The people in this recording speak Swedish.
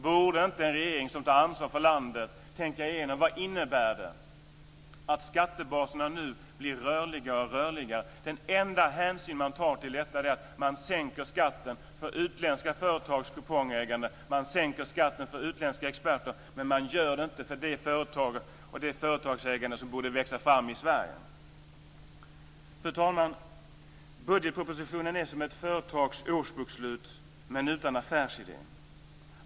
Borde inte en regering som har ansvar för landet tänka igenom vad det innebär att skattebaserna nu blir rörligare och rörligare. Den enda hänsyn man tar till detta är man sänker skatten för utländska företags kupongägande och utländska experter, men man gör inte det för de företag och det företagsägande som borde växa fram i Sverige. Fru talman! Budgetpropositionen är som ett företags årsbokslut men utan affärsidé.